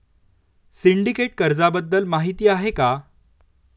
Syndicate कर्जाबद्दल माहिती आहे का?